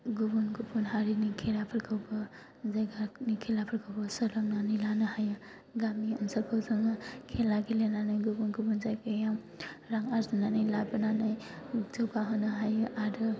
गुबुन गुबुन हारिनि खेलाफोरखौबो जायगानि खेलाफोरखौबो सोलोंनानै लानो हायो गामि ओनसोलखौ जों खेला गेलेनानै गुबुन गुबुन जायगायाव रां आरजिनानै लाबोनानै जौगाहोनो हायो आरो